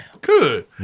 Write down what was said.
Good